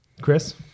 Chris